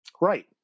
right